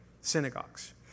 synagogues